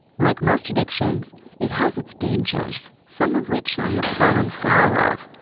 like most addictions it has its dangers, some of which i have fallen foul of,